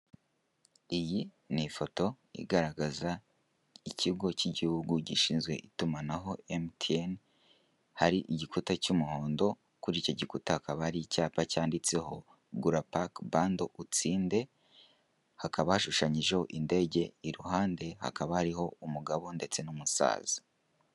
Iyi ni ifoto igaragaza ikigo cy'igihugu gishinzwe itumanaho MTN, hari igikuta cy'umuhondo kuri icyo gikuta hakaba hari icyapa cyanditseho gura pack bandle utsinde, hakaba hashushanyijeho indege, iruhande hakaba hariho umugabo ndetse n'umusaza.